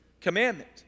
commandment